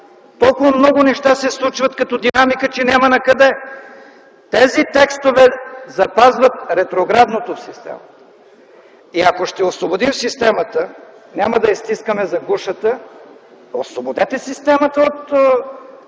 Толкова много неща се случват като динамика, че няма накъде! Тези текстове запазват ретроградното в системата. И ако ще освободим системата, няма да я стискаме за гушата, освободете системата от